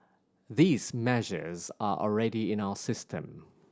these measures are already in our system